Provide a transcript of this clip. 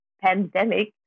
pandemic